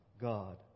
God